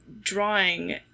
drawing